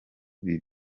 bike